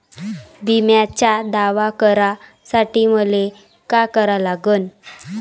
बिम्याचा दावा करा साठी मले का करा लागन?